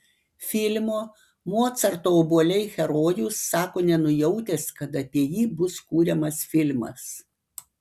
filmo mocarto obuoliai herojus sako nenujautęs kad apie jį bus kuriamas filmas